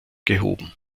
gehoben